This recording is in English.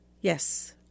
yes